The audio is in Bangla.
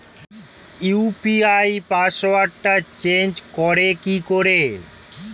ইউ.পি.আই পাসওয়ার্ডটা চেঞ্জ করে কি করে?